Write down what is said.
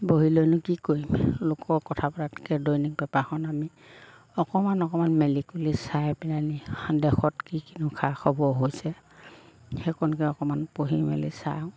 বহিলৈনো কি কৰিম লোকৰ কথা পতাতকৈ দৈনিক পেপাৰখন আমি অকণমান অকণমান মেলি কুলি চাই পেনে নি দেশত কি কিনো খা খবৰ হৈছে সেইকণকে অকণমান পঢ়ি মেলি চাওঁ